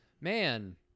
man